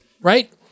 right